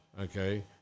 Okay